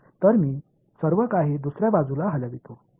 तर मी सर्व काही दुसर्या बाजूला हलवितो